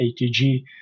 ATG